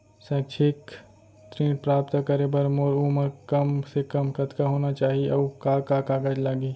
शैक्षिक ऋण प्राप्त करे बर मोर उमर कम से कम कतका होना चाहि, अऊ का का कागज लागही?